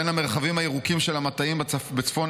"בין המרחבים הירוקים של המטעים בצפון